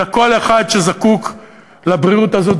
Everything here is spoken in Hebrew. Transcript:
אלא כל אחד שזקוק לבריאות הזו,